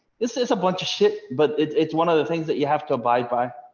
this is a bunch of shit, but it's one of the things that you have to abide by.